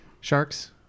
Sharks